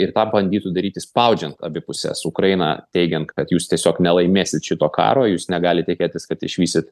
ir tą bandytų daryti spaudžiant abi puses ukrainą teigiant kad jūs tiesiog nelaimėsit šito karo jūs negalit tikėtis kad išvysit